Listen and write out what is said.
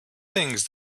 things